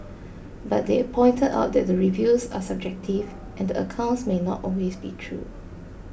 but they pointed out that the reviews are subjective and accounts may not always be true